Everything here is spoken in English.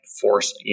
force